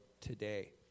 today